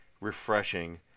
refreshing